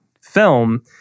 film